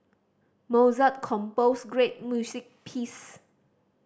Mozart composed great music piece